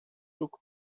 took